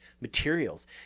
materials